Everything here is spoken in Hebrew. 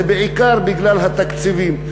זה בעיקר בגלל התקציבים.